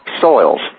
soils